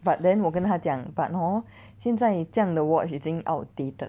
but then 我跟他讲 but hor 现在这样的 watch 已经 outdated